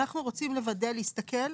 אנחנו רוצים לוודא, להסתכל.